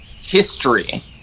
history